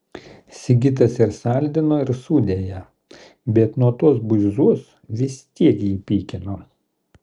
sigitas ir saldino ir sūdė ją bet nuo tos buizos vis tiek jį pykino